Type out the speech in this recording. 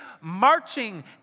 marching